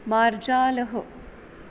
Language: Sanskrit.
मार्जालः